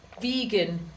vegan